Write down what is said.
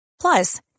Plus